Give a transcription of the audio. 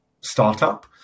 startup